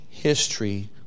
History